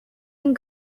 and